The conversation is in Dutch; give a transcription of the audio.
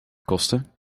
kosten